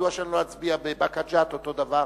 מדוע שאני לא אצביע בעניין באקה ג'ת אותו דבר?